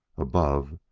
above,